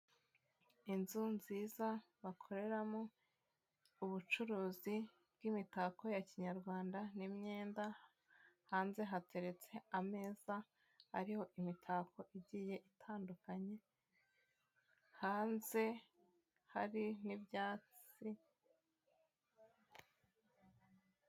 Inzu nziza bakoreramo ubucuruzi bw'imitako ya kinyarwanda n'imyenda, hanze hateretse ameza ariho imitako igiye itandukanye hanze hari n'ibyatsi.